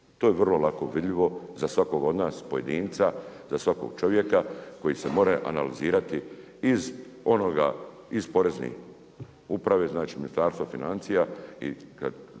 To je vrlo lako vidljivo, za svakoga od nas, pojedinca, za svakog čovjeka koji se more analizirati iz onoga, iz Porezne uprave, znači Ministarstva financija,